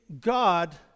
God